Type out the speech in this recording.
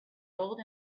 old